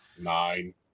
Nine